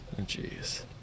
Jeez